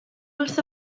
wrth